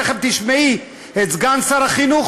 תכף תשמעי את סגן שר החינוך,